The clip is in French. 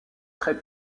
très